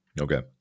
Okay